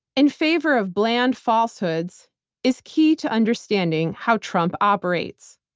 in favor of bland falsehoods is key to understanding how trump operates.